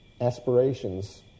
aspirations